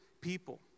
people